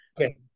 Okay